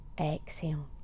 exhale